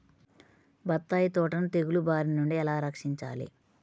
బత్తాయి తోటను తెగులు బారి నుండి ఎలా రక్షించాలి?